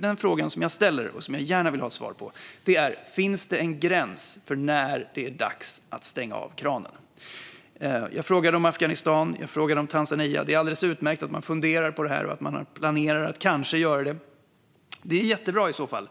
Den fråga som jag ställer och som jag gärna vill ha ett svar på är: Finns det en gräns för när det är dags att stänga av kranen? Jag frågade om Afghanistan, och jag frågade om Tanzania. Det är alldeles utmärkt att man funderar på det här och planerar att kanske göra det. Det är jättebra i så fall.